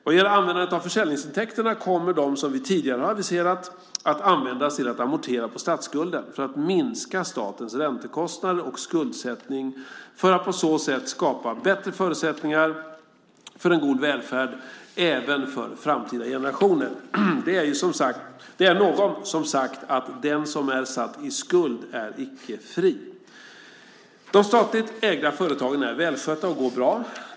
Vad gäller användandet av försäljningsintäkterna kommer de, som vi tidigare har aviserat, att användas till att amortera på statsskulden för att minska statens räntekostnader och skuldsättning för att på så sätt skapa bättre förutsättningar för en god välfärd även för framtida generationer. Det är ju någon som sagt att den som är satt i skuld är icke fri. De statligt ägda företagen är välskötta och går bra.